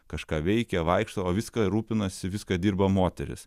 kažką veikia vaikšto o viską rūpinasi viską dirba moterys